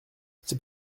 c’est